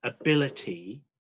ability